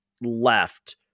left